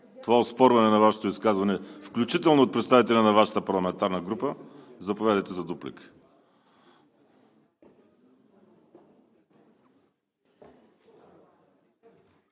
това оспорване на Вашето изказване, включително и от представители на Вашата парламентарна група – заповядайте, за дуплика.